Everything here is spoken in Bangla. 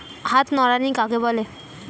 হাত নিড়ানি কাকে বলে?